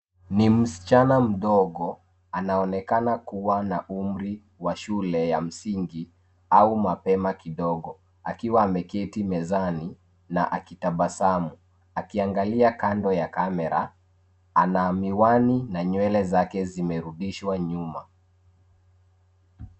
Ni msichana mdogo, anaonekana kuwa na umri wa shule ya msingi au mapema kidogo, akiwa ameketi mezani na akitabasamu, akiangalia kando ya kamera. Ana miwani, na nywele zake zimerudishwa nyuma.